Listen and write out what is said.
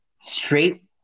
straight